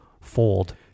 fold